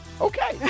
Okay